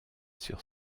sur